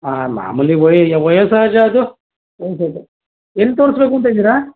ಹಾಂ ಮಾಮೂಲಿ ವಯ ವಯೋಸಹಜ ಅದು ಎಲ್ಲಿ ತೋರಿಸ್ಬೇಕೂಂತ ಇದ್ದೀರಾ